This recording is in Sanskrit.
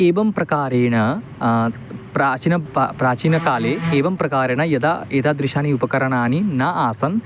एवं प्रकारेण प्राचीन प प्राचीन काले एवं प्रकारेण यदा एतदृशानि उपकरणानि न आसन्